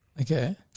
Okay